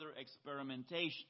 experimentation